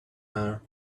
hour